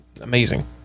Amazing